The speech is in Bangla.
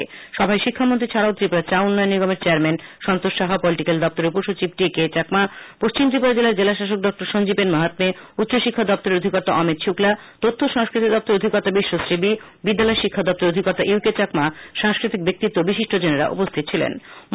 আজকের সভায় শিক্ষামন্ত্রী ছাড়াও ত্রিপুরা চা উন্নয়ন নিগমের চেয়ারম্যান সন্তোষ সাহা পলিটিক্যাল দপ্তরের উপ সচিব টিকে চাকমা পশ্চিম ত্রিপুরা জেলার জেলাশাসক ডা সঞ্জীব এন মাহাম্মে উচ্চ শিক্ষা দপ্তরের অধিকর্তা অমিত শুক্লা তথ্য ও সংস্কৃতি দপ্তরের অধিকর্তা বিশ্বশ্রী বি বিদ্যালয় শিক্ষা দপ্তরের অধিকর্তা ইউকে চাকমা সাংস্কৃতিক ব্যক্তিত্ব ও বিশিষ্টজনেরা উপস্থিত ছিলনে